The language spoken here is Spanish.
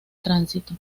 tránsito